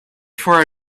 for